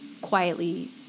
quietly